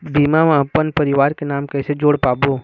बीमा म अपन परवार के नाम किसे जोड़ पाबो?